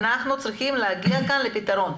אנחנו צריכים להגיע כאן לפתרון,